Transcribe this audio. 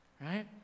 Right